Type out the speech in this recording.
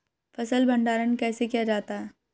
फ़सल भंडारण कैसे किया जाता है?